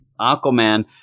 Aquaman